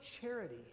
charity